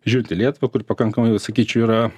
žiūrint į lietuvą kur pakankamai sakyčiau yra